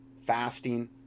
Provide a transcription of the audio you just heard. fasting